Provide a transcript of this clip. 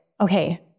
okay